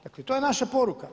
Dakle, to je naša poruka.